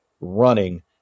running